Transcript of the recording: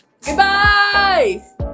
Goodbye